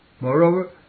Moreover